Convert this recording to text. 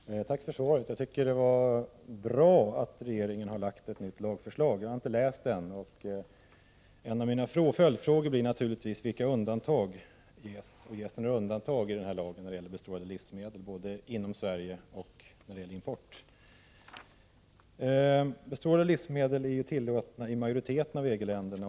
Herr talman! Tack för svaret! Jag tycker att det är bra att regeringen lägger fram ett nytt lagförslag. Jag har inte läst det än, och en av mina följdfrågor blir naturligtvis om det ges några undantag i den här lagen när det gäller bestrålade livsmedel, både inom Sverige och vid import. Bestrålade livsmedel är ju tillåtna i majoriteten av EG-länderna.